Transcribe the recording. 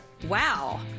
Wow